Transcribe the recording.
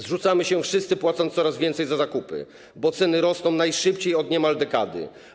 Zrzucamy się wszyscy, płacąc coraz więcej za zakupy, bo ceny rosną najszybciej od niemal dekady.